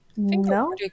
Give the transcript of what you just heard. no